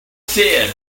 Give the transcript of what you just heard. said